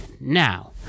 Now